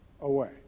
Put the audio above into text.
away